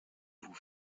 vous